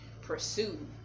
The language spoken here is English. pursue